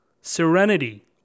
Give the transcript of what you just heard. Serenity